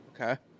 Okay